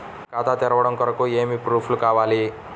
ఖాతా తెరవడం కొరకు ఏమి ప్రూఫ్లు కావాలి?